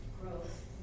growth